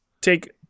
take